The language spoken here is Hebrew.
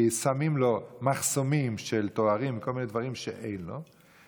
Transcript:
כי שמים לו מחסומים של תארים וכל מיני דברים שאין לו.